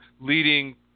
leading